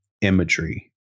imagery